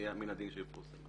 מן הדין היה שיפורסמו.